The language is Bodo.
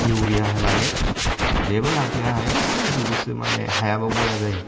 इउरिया होनानै जेबो लाब गैया है सेवजोबोसो माने हायाबो बया जायो